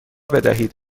بدهید